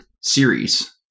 series